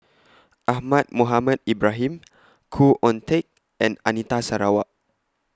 Ahmad Mohamed Ibrahim Khoo Oon Teik and Anita Sarawak